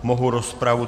Mohu rozpravu...